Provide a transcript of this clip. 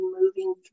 moving